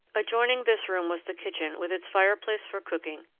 adjoining this room was the kitchen with its fireplace for cooking,